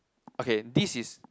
okay this is